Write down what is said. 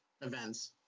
events